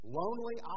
lonely